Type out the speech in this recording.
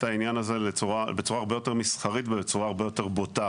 העניין הזה בצורה הרבה יותר מסחרית ובצורה הרבה יותר בוטה.